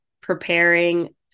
preparing